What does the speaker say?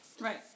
Right